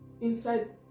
inside